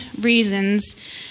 reasons